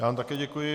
Já vám také děkuji.